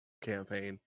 campaign